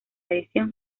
edición